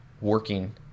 working